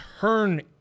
Turn